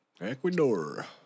Ecuador